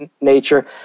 nature